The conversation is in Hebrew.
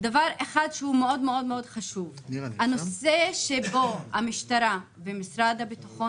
דבר אחד שהוא מאוד מאוד חשוב: המשטרה והמשרד לביטחון